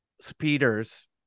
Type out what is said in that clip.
speeders